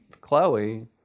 Chloe